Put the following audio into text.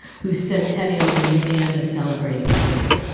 whose centennial the museum is celebrating this year.